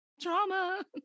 drama